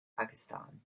pakistan